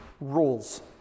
rules